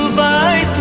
by